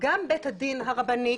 גם בית הדין הרבני,